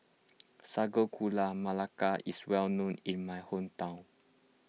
Sago Gula Melaka is well known in my hometown